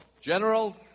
General